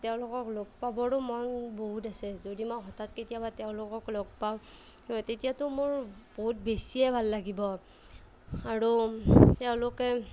তেওঁলোকক লগ পাবৰো মন বহুত আছে যদি মই হঠাৎ কেতিয়াবা তেওঁলোকক লগ পাওঁ তেতিয়াটো মোৰ বহুত বেছিয়ে ভাল লাগিব আৰু তেওঁলোকে